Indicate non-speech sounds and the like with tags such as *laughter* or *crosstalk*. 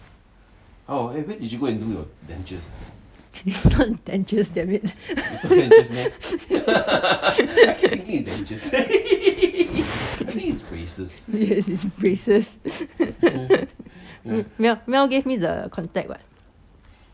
it's not dentures damn it *laughs* yes it's braces mel mel gave me the uh contact [what]